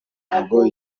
ntabwo